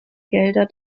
gelder